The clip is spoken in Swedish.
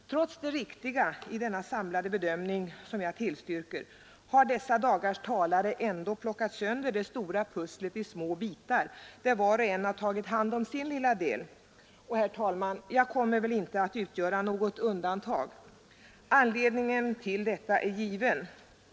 Trots det riktiga i denna samlade bedömning, som jag tillstyrker, har dessa dagars talare ändå plockat sönder det stora pusslet i små bitar, där var och en har tagit hand om sin lilla del. Och, herr talman, jag kommer väl inte att utgöra något undantag. Anledningen härtill är given.